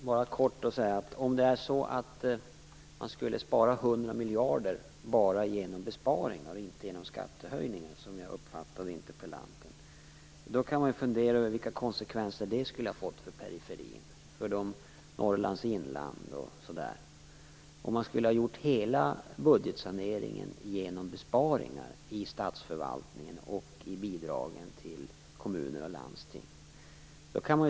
Fru talman! Om man skulle ha sparat 100 miljarder bara genom besparingar och inte genom skattehöjningar, som jag uppfattade interpellanten, kan man fundera över vilka konsekvenser det skulle ha fått för periferin, för Norrlands inland etc. Vad skulle ha hänt om man skulle ha gjort hela budgetsaneringen genom besparingar i statsförvaltningen och i bidragen till kommuner och landsting?